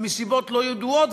מסיבות לא ידועות,